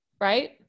right